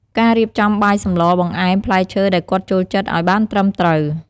ការរៀបចំ បាយសម្លរ បង្អែម ផ្លែឈើដែលគាត់ចូលចិត្តអោយបានត្រឹមត្រូវ។